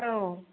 औ